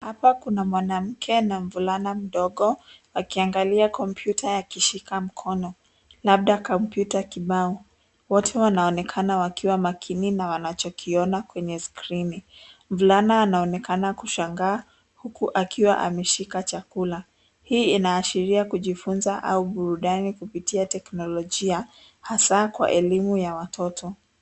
Hapa kuna mwanamke na mvulana mdogo aki angalia kompyuta ya kushika mkono labda kompyuta kibao watu wanaonekana wakiwa makini na wanacho kiona kwenye skirini, mvulana ana onekana akishangaa huku akiwa ameshika chakula, hii ina ashiria kujinza au burudani kupitia teknolojia hasa elimu ya watoto.